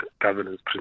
governance